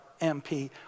MP